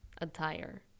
attire